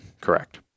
Correct